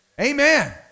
Amen